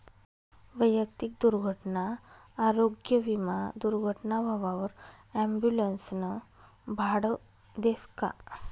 वैयक्तिक दुर्घटना आरोग्य विमा दुर्घटना व्हवावर ॲम्बुलन्सनं भाडं देस का?